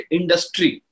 industry